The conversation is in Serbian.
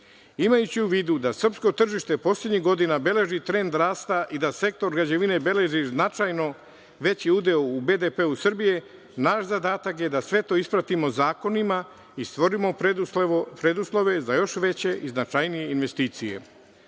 u vidu da srpsko tržište poslednjih godina beleži trend rasta i da sektor građevine beleži značajno veći udeo u BDP u Srbiji, naš zadatak je da sve to ispratimo zakonima i stvorimo preduslove za još veće i značajnije investicije.